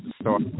start